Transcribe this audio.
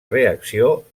reacció